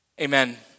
amen